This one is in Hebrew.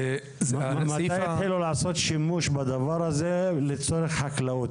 מתי התחילו לעשות שימוש בדבר הזה לצורך חקלאות?